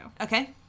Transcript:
Okay